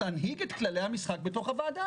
להנהיג את כללי המשחק בתוך הוועדה,